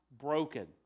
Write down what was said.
broken